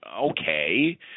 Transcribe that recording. okay